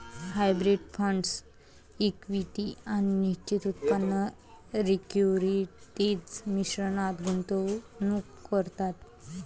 hybrid fund equity आणि निश्चित उत्पन्न सिक्युरिटीज मिश्रणात गुंतवणूक करतात